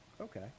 okay